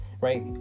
Right